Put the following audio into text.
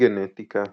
גנטיקה